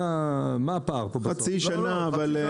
שתדע.